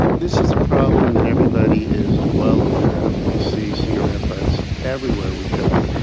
this is a problem that everybody is well aware of. we see cigarette butts everywhere we go,